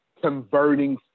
converting